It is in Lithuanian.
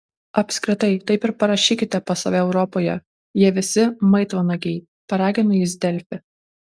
apskritai taip ir parašykite pas save europoje jie visi maitvanagiai paragino jis delfi